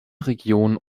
regionen